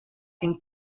and